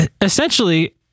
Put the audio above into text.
essentially